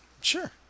Sure